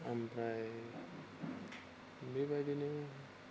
ओमफ्राय बेबायदिनो